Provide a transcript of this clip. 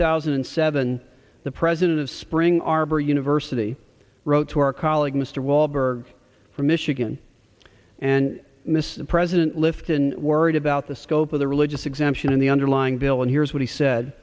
thousand and seven the president of spring arbor university wrote to our colleague mr walberg from michigan and mr president lifton worried about the scope of the religious exemption in the underlying bill and here's what he said